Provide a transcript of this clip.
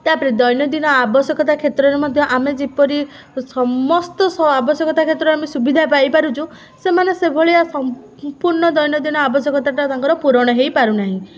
ତା'ପରେ ଦୈନଦିନ ଆବଶ୍ୟକତା କ୍ଷେତ୍ରରେ ମଧ୍ୟ ଆମେ ଯେପରି ସମସ୍ତ ଆବଶ୍ୟକତା କ୍ଷେତ୍ରରେ ଆମେ ସୁବିଧା ପାଇପାରୁଛୁ ସେମାନେ ସେଭଳିଆ ସମ୍ପୂର୍ଣ୍ଣ ଦୈନଦିନ ଆବଶ୍ୟକତାଟା ତାଙ୍କର ପୂରଣ ହେଇପାରୁ ନାହିଁ